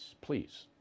Please